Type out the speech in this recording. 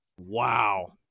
Wow